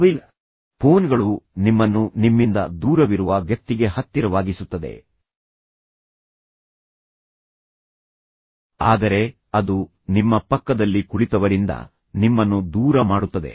mobile ಫೋನ್ಗಳು ನಿಮ್ಮನ್ನು ನಿಮ್ಮಿಂದ ದೂರವಿರುವ ವ್ಯಕ್ತಿಗೆ ಹತ್ತಿರವಾಗಿಸುತ್ತದೆ ಆದರೆ ಅದು ನಿಮ್ಮ ಪಕ್ಕದಲ್ಲಿ ಕುಳಿತವರಿಂದ ನಿಮ್ಮನ್ನು ದೂರ ಮಾಡುತ್ತದೆ